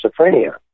schizophrenia